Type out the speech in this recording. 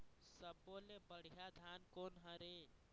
सब्बो ले बढ़िया धान कोन हर हे?